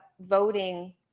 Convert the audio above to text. voting